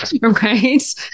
right